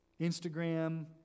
Instagram